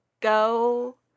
go